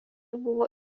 buvo